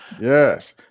Yes